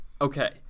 okay